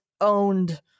owned